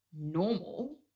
normal